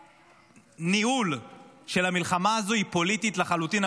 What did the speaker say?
והניהול של המלחמה הזאת היא פוליטית לחלוטין.